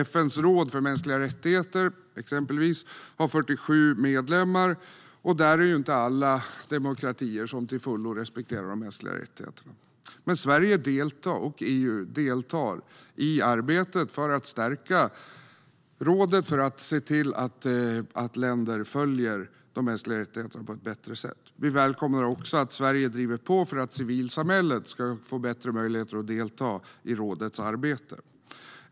FN:s råd för mänskliga rättigheter har till exempel 47 medlemmar, och alla är ju inte demokratier som till fullo respekterar de mänskliga rättigheterna. Men Sverige och EU deltar i arbetet för att stärka rådet och för att se till att länder lever upp till de mänskliga rättigheterna på ett bättre sätt. Vi välkomnar också att Sverige driver på för att civilsamhället ska få bättre möjligheter att delta i rådets arbete.